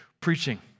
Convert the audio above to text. preaching